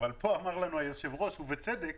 אבל פה אמר לנו היושב-ראש, ובצדק: